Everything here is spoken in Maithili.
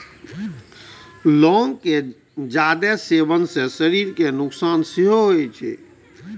लौंग के जादे सेवन सं शरीर कें नुकसान सेहो होइ छै